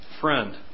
friend